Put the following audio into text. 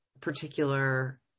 particular